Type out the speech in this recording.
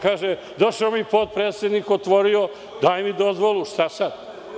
Kaže – došao mi potpredsednik, otvorio, daj mi dozvolu, šta sad.